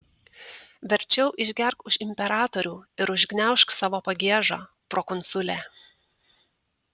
verčiau išgerk už imperatorių ir užgniaužk savo pagiežą prokonsule